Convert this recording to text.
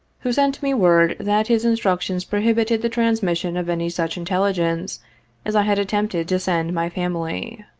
who sent me word that his instructions prohibited the transmission of any such intelligence as i had attempted to send my family.